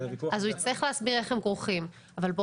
אז הוא יצטרך להסביר איך הם כרוכים.